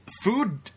food